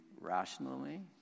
rationally